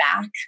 back